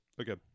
Okay